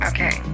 Okay